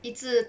一直